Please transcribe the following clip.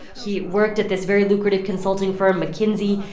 he worked at this very lucrative consulting firm, mckinsey.